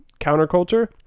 counterculture